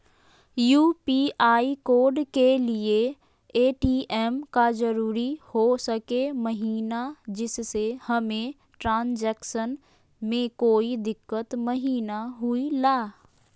UPI code के लिए ATM का जरूरी हो सके महिना जिससे हमें ट्रांजैक्शन में कोई दिक्कत महिना हुई ला?